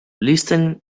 listen